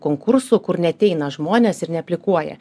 konkursų kur neateina žmonės ir neaplikuoja